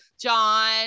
John